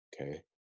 okay